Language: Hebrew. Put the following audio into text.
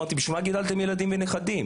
אני משיב "בשביל מה גידלתם ילדים ונכדים?